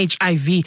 HIV